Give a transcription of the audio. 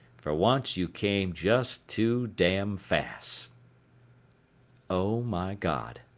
for once you came just too damn fast oh my god,